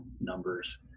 numbers